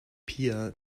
pia